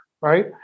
right